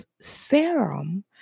serum